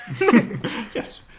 Yes